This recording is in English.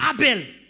Abel